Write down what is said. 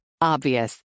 Obvious